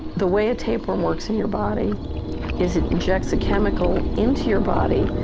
the way a tapeworm works in your body is it injects a chemical into your body,